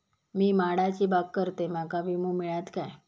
मी माडाची बाग करतंय माका विमो मिळात काय?